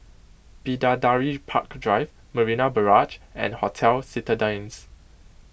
Bidadari Park Drive Marina Barrage and Hotel Citadines